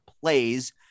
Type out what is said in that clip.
plays